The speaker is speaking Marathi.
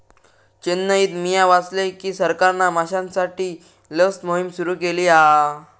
चेन्नईत मिया वाचलय की सरकारना माश्यांसाठी लस मोहिम सुरू केली हा